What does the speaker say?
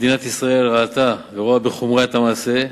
מדינת ישראל ראתה ורואה בחומרה את המעשה.